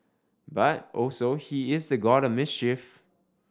but also he is the god of mischief